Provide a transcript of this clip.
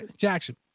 Jackson